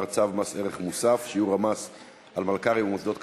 צו מס ערך מוסף (שיעור המס על מלכ"רים ומוסדות כספיים)